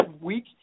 week